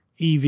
EV